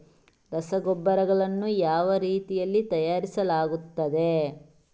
ರಸಗೊಬ್ಬರಗಳನ್ನು ಯಾವ ರೀತಿಯಲ್ಲಿ ತಯಾರಿಸಲಾಗುತ್ತದೆ?